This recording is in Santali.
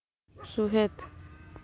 ᱥᱩᱦᱮᱫ